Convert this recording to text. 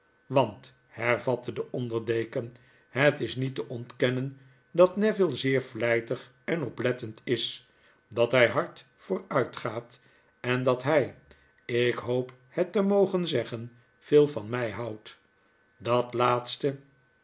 want hervatte de onder deken het is niet te ontkennen dat neville zeer vlijtig en oplettend is dat hij hard vooruit gaat en dat hij ik hoop het te mogen zeggen veel van mij houdt dat laatste